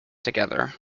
together